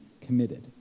committed